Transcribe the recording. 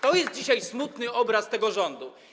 Taki jest dzisiaj smutny obraz tego rządu.